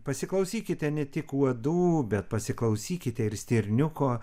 pasiklausykite ne tik uodų bet pasiklausykite ir stirniuko